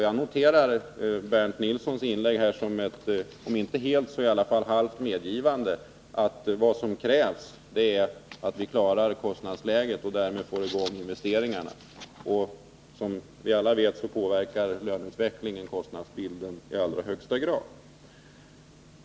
Jag noterar Bernt Nilssons inlägg här som åtminstone ett halvt medgivande att vad som krävs är att vi klarar kostnadsläget och därmed får i gång investeringarna. Som vi alla vet påverkar löneutvecklingen kostnadsbilden i allra högsta grad.